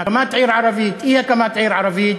הקמת עיר ערבית או אי-הקמת עיר ערבית,